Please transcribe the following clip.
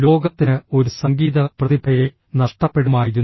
ലോകത്തിന് ഒരു സംഗീത പ്രതിഭയെ നഷ്ടപ്പെടുമായിരുന്നു